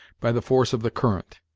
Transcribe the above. by the force of the current.